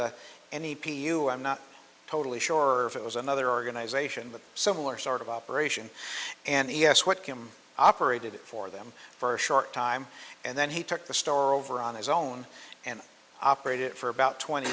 the n e p you i'm not totally sure if it was another organization but similar sort of operation and yes what kim operated for them for a short time and then he took the store over on his own and operate it for about twenty